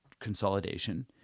consolidation